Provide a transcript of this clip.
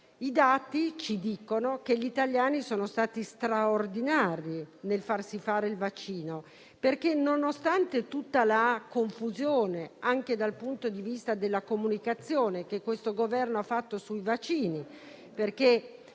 I dati ci dicono che gli italiani sono stati straordinari nel farsi vaccinare, nonostante tutta la confusione, anche dal punto di vista della comunicazione, che questo Governo ha fatto sui vaccini.